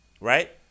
Right